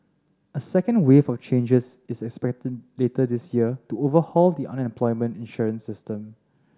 a second wave of changes is expected later this year to overhaul the unemployment insurance system